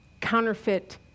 counterfeit